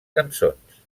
cançons